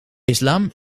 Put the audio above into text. islam